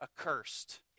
accursed